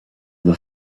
the